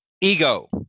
ego